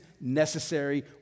necessary